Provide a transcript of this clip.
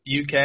UK